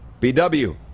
BW